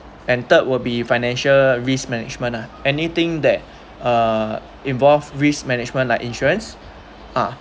and third will be financial risk management ah anything that uh involved risk management like insurance